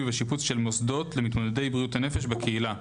ובשיפוץ של מוסדות למתמודדי בריאות הנפש בקהילה.